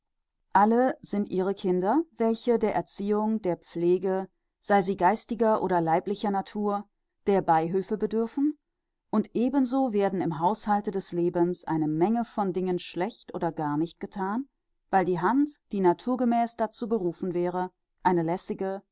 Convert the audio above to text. alle sind ihre kinder welche der erziehung der pflege sei sie geistiger oder leiblicher natur der beihülfe bedürfen und ebenso werden im haushalte des lebens eine menge von dingen schlecht oder gar nicht gethan weil die hand die naturgemäß dazu berufen wäre eine lässige